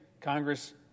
Congress